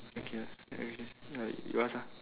okay ya okay you ask ah